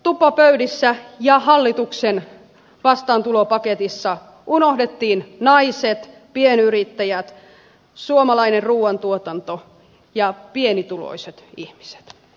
tupopöydissä ja hallituksen vastaantulopaketissa unohdettiin naiset pienyrittäjät suomalainen ruuantuotanto ja pienituloiset ihmiset